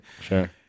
sure